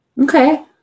Okay